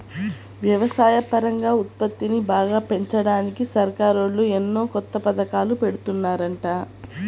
వ్యవసాయపరంగా ఉత్పత్తిని బాగా పెంచడానికి సర్కారోళ్ళు ఎన్నో కొత్త పథకాలను పెడుతున్నారంట